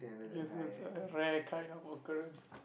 it's it's it's a rare kind of occurrence